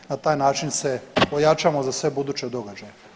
Na taj način se pojačamo za sve buduće događaje.